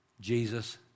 Jesus